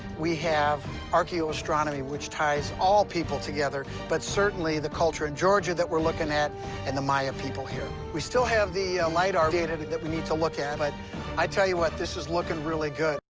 we have archaeoastronomy, which ties all people together, but certainly the culture in georgia that we're looking at and the maya people here. we still have the lidar data that we need to look at, but i tell you what, this is looking really good.